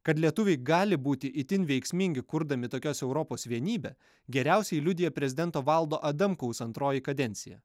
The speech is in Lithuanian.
kad lietuviai gali būti itin veiksmingi kurdami tokios europos vienybę geriausiai liudija prezidento valdo adamkaus antroji kadencija